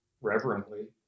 reverently